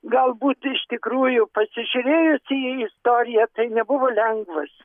galbūt iš tikrųjų pasižiūrėjus į istoriją tai nebuvo lengvas